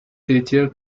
feature